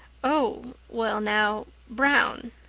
oh well now brown,